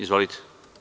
Izvolite.